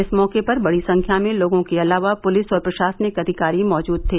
इस मौके पर बड़ी संख्या में लोगों के अलावा पुलिस और प्रशासनिक अधिकारी मौजूद थे